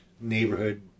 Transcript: neighborhood